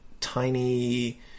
tiny